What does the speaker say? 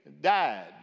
died